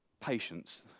Patience